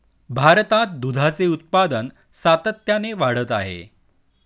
भारतात दुधाचे उत्पादन सातत्याने वाढत आहे